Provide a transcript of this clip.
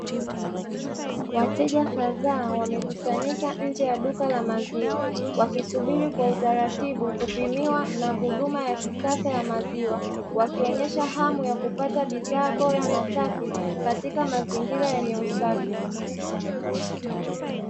Wateja kadhaa wamekusanyika nje ya duka la maziwa wakisubiri kwa utaratibu kupimiwa na huduma ya kisasa ya maziwa , wakionyesha hamu ya kupata bidhaa bora na safi katika mazingira yenye usafi.